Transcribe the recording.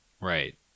Right